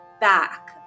back